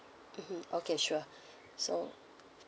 mmhmm okay sure so